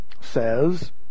says